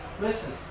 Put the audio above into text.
listen